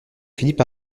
philippe